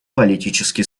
политический